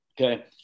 Okay